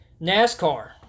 NASCAR